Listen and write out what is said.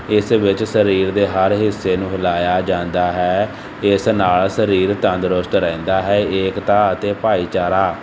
ਇਸ ਵਿੱਚ ਸਰੀਰ ਦੇ ਹਰ ਹਿੱਸੇ ਨੂੰ ਹਿਲਾਇਆ ਜਾਂਦਾ ਹੈ ਇਸ ਨਾਲ ਸਰੀਰ ਤੰਦਰੁਸਤ ਰਹਿੰਦਾ ਹੈ ਏਕਤਾ ਅਤੇ ਭਾਈਚਾਰਾ